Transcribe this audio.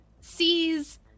sees